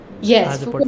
Yes